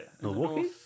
Milwaukee